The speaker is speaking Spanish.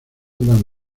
tan